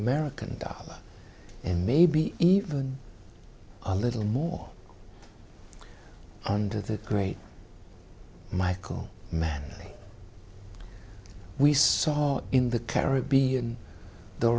american dollar and maybe even a little more under the great michael mann we saw in the caribbean